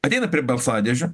ateina prie balsadėžių